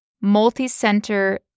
multi-center